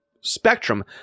spectrum